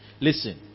Listen